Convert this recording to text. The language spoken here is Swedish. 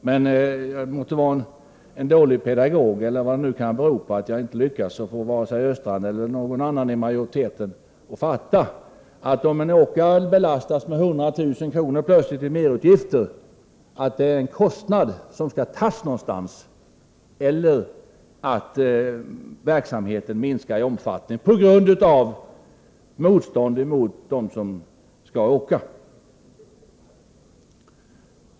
Men jag måtte vara en dålig pedagog - eller vad det nu kan bero på, eftersom jag inte har lyckats få vare sig Olle Östrand eller någon annan i utskottsmajoriteten att fatta att det innebär en kostnad och att verksamheten minskar i omfattning på grund av motstånd mot dem som skall åka, om en åkare plötsligt belastas med 100 000 kr. i merutgifter och att dessa pengar skall tas någonstans.